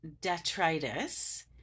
detritus